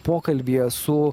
pokalbyje su